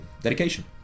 dedication